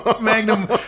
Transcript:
Magnum